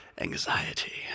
anxiety